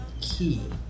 key